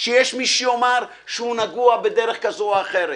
שיש מי שיאמר שהוא נגוע בדרך כזו או אחרת.